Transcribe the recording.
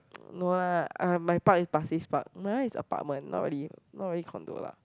no lah uh my park is pasir-ris Park my one is apartment not really not really condo lah